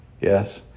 Yes